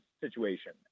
situation